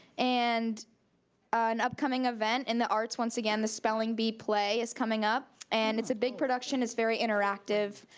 and an upcoming event in the arts. once again, the spelling bee play is coming up, and it's a big production. it's very interactive,